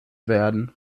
werden